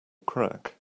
crack